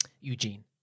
Eugene